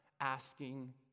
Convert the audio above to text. asking